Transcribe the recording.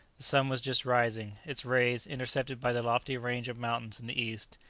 sun was just rising. its rays, intercepted by the lofty range of mountains in the east,